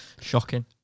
Shocking